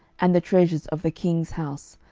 and the treasures of the king's house,